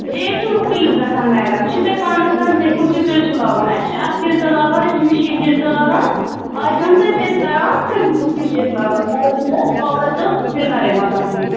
rate چھِ مُختلف گژھان میڈم یہِ چھُ تۄہہِ پانَس تانۍ تُہۍ کُس ہیٛوٗ تِلہٕ چھُ لاگُن اَسہِ چھِ اَتھٕ تِلہٕ تہِ لاگان أسۍ چھِ مِشیٖن تِلہِ تہِ لاگان آرِ کٲمہِ تہِ حظ چھِ أسۍ کَران تہٕ ڈی تہِ چھِ أسۍ لاگان ڈَبل تِلہٕ حظ کاپَر تہٕ سِلوَر یِوان تَتھ منٛز